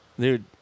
Dude